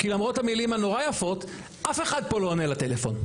כי למרות המילים הנורא יפות אף אחד פה לא עונה לטלפון.